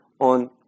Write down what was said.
on